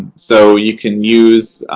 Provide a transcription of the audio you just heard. so, you can use.